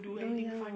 oh ya